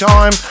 Time